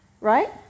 right